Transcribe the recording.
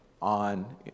on